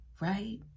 right